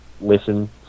Listen